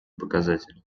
показатели